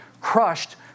crushed